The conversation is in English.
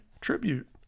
tribute